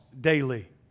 daily